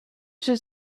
should